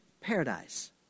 paradise